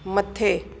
मथे